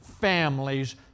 families